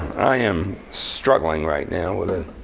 i am struggling right now with a